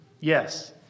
Yes